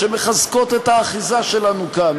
שמחזקות את האחיזה שלנו כאן,